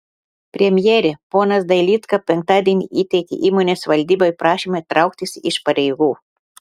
premjere ponas dailydka penktadienį įteikė įmonės valdybai prašymą trauktis iš pareigų